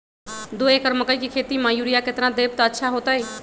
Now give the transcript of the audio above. दो एकड़ मकई के खेती म केतना यूरिया देब त अच्छा होतई?